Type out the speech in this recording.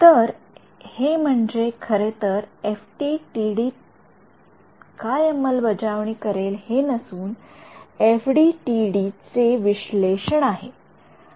विद्यार्थी हातर हे म्हणजे खरेतर एफडीटीडी काय अंमलबजावणी करेल हे नसून हे एफडीटीडी चे विश्लेषण आहे